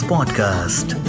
Podcast